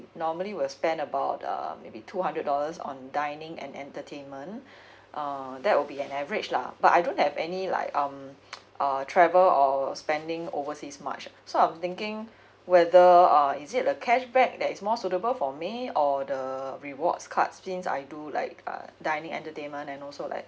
normally will spend about uh maybe two hundred dollars on dining and entertainment uh that will be an average lah but I don't have any like um uh travel or spending overseas much so I'm thinking whether uh is it a cashback that is more suitable for me or the rewards card since I do like uh dining entertainment and also like